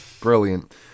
Brilliant